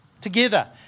together